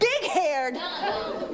big-haired